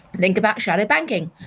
think about shadow banking.